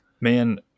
man